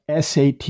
SAT